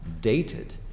dated